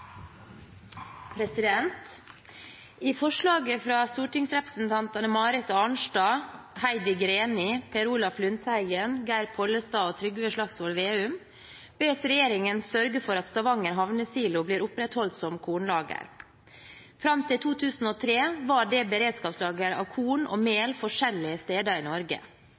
I forslaget fra stortingsrepresentantene Marit Arnstad, Heidi Greni, Per Olaf Lundteigen, Geir Pollestad og Trygve Slagsvold Vedum bes regjeringen sørge for at Stavanger Havnesilo blir opprettholdt som kornlager. Fram til 2003 var det beredskapslager av korn og mel forskjellige steder i Norge.